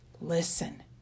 listen